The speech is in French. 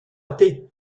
athée